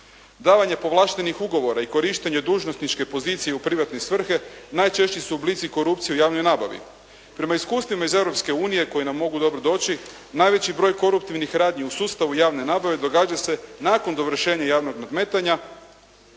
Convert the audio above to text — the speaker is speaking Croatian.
Davanje povlaštenih ugovora i korištenje dužnosničke pozicije u privatne svrhe najčešći su oblici korupcije u javnoj nabavi. Prema iskustvima iz Europske unije koja nam mogu dobro doći najveći broj koruptivnih radnji u sustavu javne nabave događa se nakon dovršenja javnog nadmetanja,